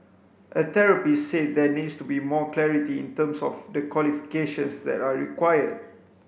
a therapist said there needs to be more clarity in terms of the qualifications that are required